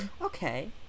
okay